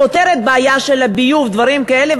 פותרת בעיה של ביוב ודברים כאלה,